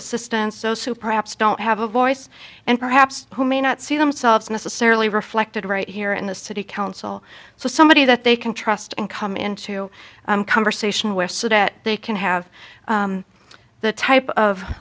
assistance osu perhaps don't have a voice and perhaps who may not see themselves necessarily reflected right here in the city council so somebody that they can trust and come into conversation where so that they can have the type of